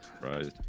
Right